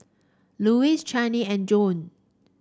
Luis Chanie and Joan